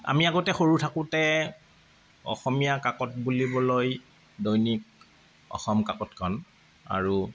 আমি আগতে সৰু থাকোঁতে অসমীয়া কাকত বুলিবলৈ দৈনিক অসম কাকতখন আৰু